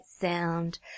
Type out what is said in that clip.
sound